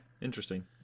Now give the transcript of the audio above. interesting